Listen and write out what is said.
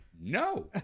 No